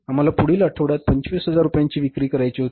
आम्हाला पुढील आठवड्यात 25000 रुपयांची विक्री करायची होती